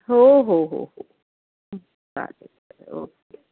हो हो हो हो चालेल चालेल ओके